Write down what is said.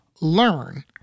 learn